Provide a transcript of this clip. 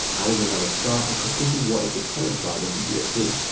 adding another star and completing what is the current flag of the usa.